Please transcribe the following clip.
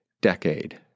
decade